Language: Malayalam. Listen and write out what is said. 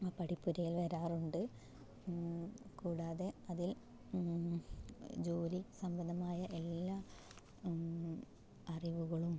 ആ പഠിപ്പുരയിൽ വരാറുണ്ട് കൂടാതെ അതിൽ ജോലി സംബന്ധമായ എല്ലാ അറിവുകളും